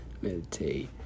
Meditate